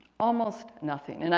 almost nothing. and